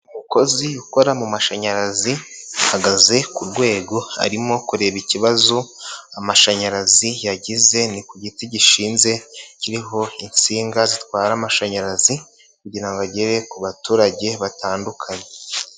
Umukozi ukora mu mashanyarazi ahagaze ku rwego arimo kureba ikibazo amashanyarazi yagize, ni ku giti gishinze kiriho insinga zitwara amashanyarazi kugira ngo agere ku baturage batandukanye.